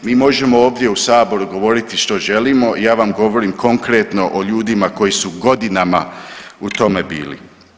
Mi možemo ovdje u Saboru govoriti što želimo, ja vam govorim konkretno o ljudima koji su godinama u tome bili.